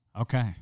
Okay